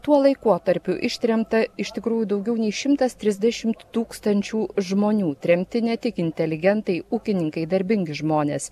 tuo laikotarpiu ištremta iš tikrųjų daugiau nei šimtas trisdešimt tūkstančių žmonių tremti ne tik inteligentai ūkininkai darbingi žmonės